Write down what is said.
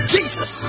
Jesus